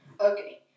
okay